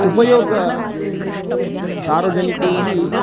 उपयोगः सार्वजनिकैः